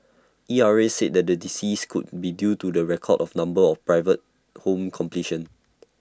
E R A said the decrease could be due to the record of number of private home completions